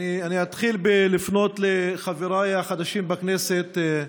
אני אתחיל בפנייה לחבריי החדשים בכנסת,